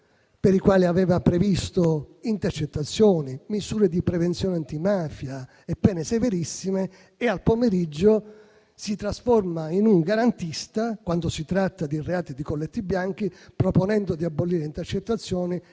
per i quali aveva previsto intercettazioni, misure di prevenzione antimafia e pene severissime, e al pomeriggio si trasforma in un garantista, quando si tratta di reati di colletti bianchi, proponendo di abolire intercettazioni